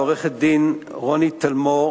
לעורכת-דין רוני טלמור,